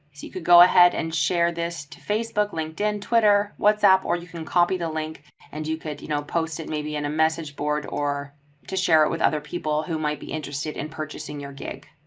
so you could go ahead and share this to facebook, linkedin, twitter, whatsapp, or you can copy the link and you could you know, post it maybe in a message board or to share it with other people who might be interested in purchasing your gig.